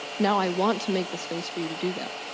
now i want to make the space for you to do that.